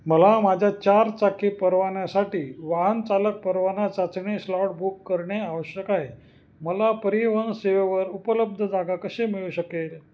मला माझ्या चारचाकी परवान्यासाठी वाहन चालक परवाना चाचणी स्लॉट बुक करणे आवश्यक आहे मला परिवहन सेवेवर उपलब्ध जागा कशी मिळू शकेल